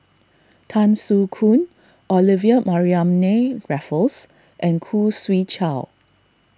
Tan Soo Khoon Olivia Mariamne Raffles and Khoo Swee Chiow